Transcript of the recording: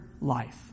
life